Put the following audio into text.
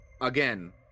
again